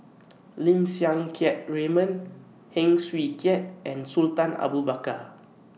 Lim Siang Keat Raymond Heng Swee Keat and Sultan Abu Bakar